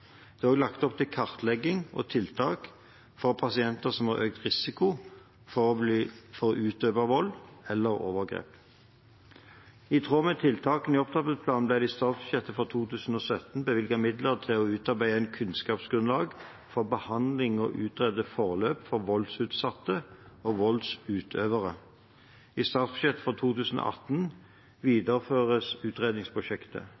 Det er også lagt opp til kartlegging og tiltak for pasienter som har økt risiko for å utøve vold eller overgrep. I tråd med tiltakene i opptrappingsplanen ble det i statsbudsjettet for 2017 bevilget midler til å utarbeide et kunnskapsgrunnlag for behandling og utrede forløp for voldsutsatte og voldsutøvere. I statsbudsjettet for 2018